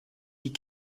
die